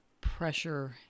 pressure